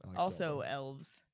also elves.